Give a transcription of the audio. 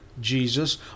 Jesus